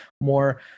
more